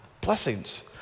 Blessings